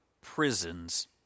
prisons